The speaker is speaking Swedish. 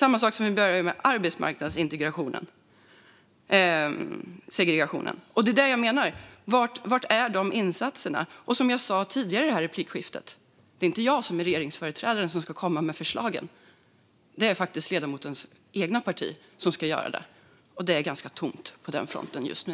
Det är samma sak med arbetsmarknadssegregationen. Var är de insatserna? Som jag sa tidigare i det här replikskiftet är det inte jag som företräder regeringen och ska komma med förslag. Det är faktiskt ledamotens eget parti som ska göra det, och det är ganska tomt på den fronten just nu.